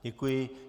Děkuji.